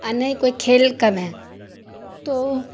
اور نہ ہی کوئی کھیل کم ہے تو